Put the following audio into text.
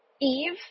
Eve